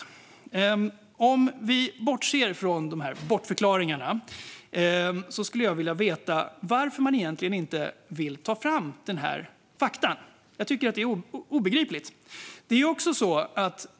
Jag skulle vilja veta, om vi kan bortse från de här bortförklaringarna, varför man egentligen inte vill ta fram dessa fakta. Jag tycker att det är obegripligt.